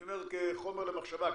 אני אומר כחומר למחשבה,